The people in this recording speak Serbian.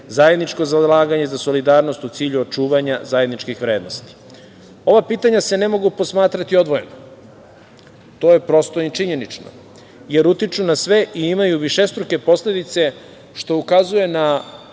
zajedničko zalaganje za solidarnost u cilju očuvanja zajedničkih vrednosti. Ova pitanja se ne mogu posmatrati odvojeno, to je, prosto i činjenično, jer utiču na sve i imaju višestruke posledice, što ukazuje na